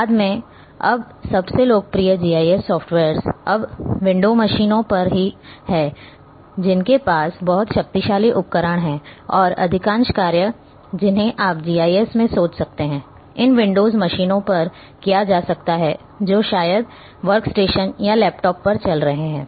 बाद में अब सबसे लोकप्रिय जीआईएस सॉफ्टवेयर्स अब विंडो मशीनों पर हैं जिनके पास बहुत शक्तिशाली उपकरण हैं और अधिकांश कार्य जिन्हें आप जीआईएस में सोच सकते हैं इन विंडोज मशीनों पर किया जा सकता है जो शायद वर्कस्टेशन या लैपटॉप पर चल रहे हैं